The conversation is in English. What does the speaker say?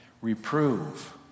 reprove